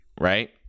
right